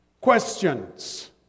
Questions